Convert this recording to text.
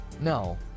No